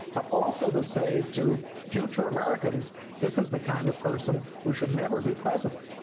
but also to say to future americans this is the kind of person who should never be president.